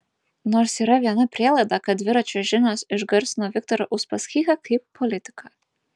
nors yra viena prielaida kad dviračio žinios išgarsino viktorą uspaskichą kaip politiką